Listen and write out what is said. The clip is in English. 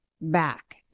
back